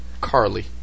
Carly